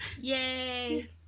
Yay